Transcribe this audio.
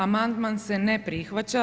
Amandman se ne prihvaća.